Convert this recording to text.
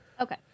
Okay